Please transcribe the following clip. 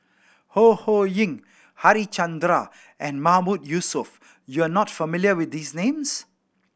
Ho Ho Ying Harichandra and Mahmood Yusof you are not familiar with these names